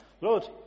Lord